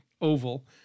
oval